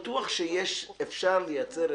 לכן אין את האפשרות הזאת.